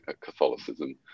catholicism